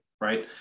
Right